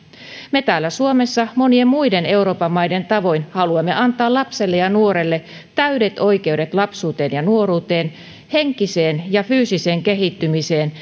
me täällä suomessa monien muiden euroopan maiden tavoin haluamme antaa lapselle ja nuorelle täydet oikeudet lapsuuteen ja nuoruuteen henkiseen ja fyysiseen kehittymiseen